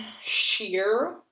sheer